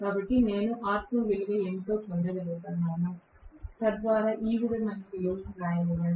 కాబట్టి నేను R2 విలువ ఏమిటో పొందగలుగుతాను తద్వారా ఈ విధమైన విలువను వ్రాయనివ్వండి